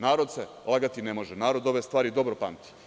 Narod se lagati ne može, narod ove stvari dobro pamti.